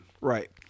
Right